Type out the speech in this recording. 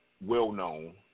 well-known